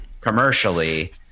commercially